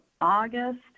August